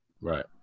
Right